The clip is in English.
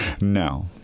no